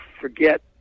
forget